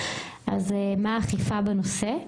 אז מה האכיפה בנושא?